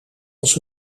als